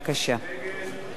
ההצעה